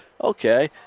Okay